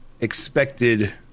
expected